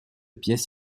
pièces